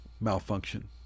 malfunction